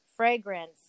fragrance